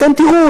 אתם תראו,